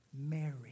Mary